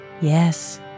Yes